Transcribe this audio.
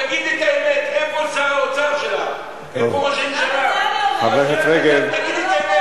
פיקוח על שכר דירה.